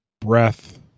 breath